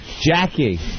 Jackie